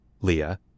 Leah